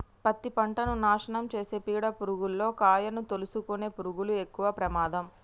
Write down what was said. పత్తి పంటను నాశనం చేసే పీడ పురుగుల్లో కాయను తోలుసుకునే పురుగులు ఎక్కవ ప్రమాదం